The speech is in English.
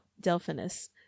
Delphinus